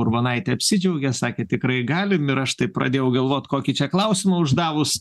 urbonaitė apsidžiaugė sakė tikrai galim ir aš taip pradėjau galvot kokį čia klausimą uždavus